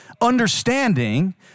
understanding